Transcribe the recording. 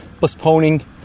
postponing